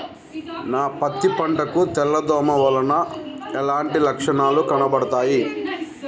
నా పత్తి పంట కు తెల్ల దోమ వలన ఎలాంటి లక్షణాలు కనబడుతాయి?